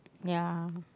ya